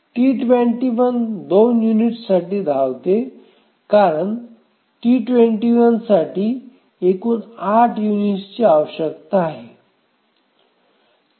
T21 2 युनिट्ससाठी धावते कारण T21 साठी एकूण 8 युनिट्सची आवश्यकता आहे